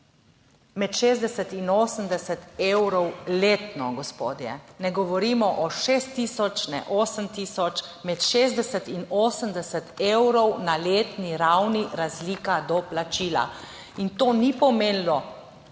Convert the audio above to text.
med 60 in 80 evrov letno, gospodje. Ne govorimo o 6 tisoč, ne 8 tisoč, med 60 in 80 evrov na letni ravni razlika do plačila in to ni pomenilo